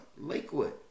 Lakewood